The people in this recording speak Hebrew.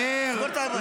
תם הזמן.